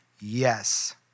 Yes